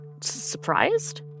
surprised